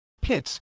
pits